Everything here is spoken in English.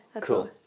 Cool